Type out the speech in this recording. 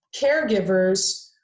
caregivers